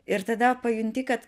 ir tada pajunti kad